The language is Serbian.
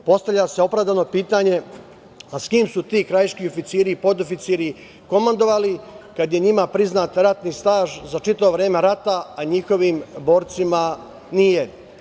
Postavlja se opravdano pitanje s kim su ti krajiški oficiri i podoficiri komandovali kad je njima priznat ratni staž za čitavo vreme rata, a njihovim borcima nije?